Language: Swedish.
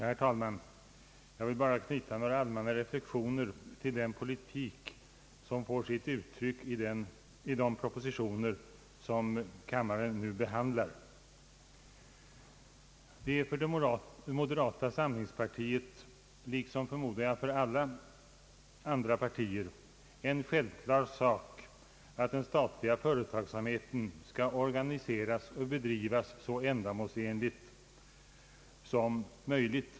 Herr talman! Jag vill knyta några allmänna reflexioner till den politik som får sitt uttryck i de propositioner som kammaren nu behandlar. Det är för det moderata samlingspartiet liksom, förmodar jag, för alla andra partier en självklar sak att den statliga företagsamheten skall organiseras och bedrivas så ändamålsenligt som möjligt.